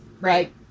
Right